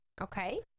Okay